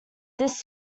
this